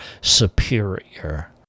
superior